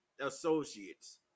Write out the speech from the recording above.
associates